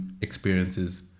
experiences